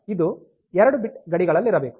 ಆದ್ದರಿಂದ ಇದು 2 ಬಿಟ್ ಗಡಿಗಳಲ್ಲಿರಬೇಕು